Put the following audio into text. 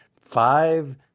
five